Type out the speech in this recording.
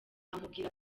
amubwira